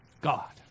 God